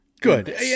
Good